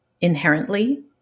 inherently